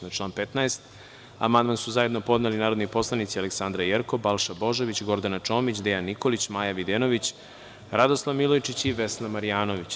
Na član 15. amandman su zajedno podneli narodni poslanici Aleksandra Jerkov, Balša Božović, Gordana Čomić, Dejan Nikolić, Maja Videnović, Radoslav Milojičić i Vesna Marjanović.